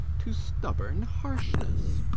to stubborn harshness.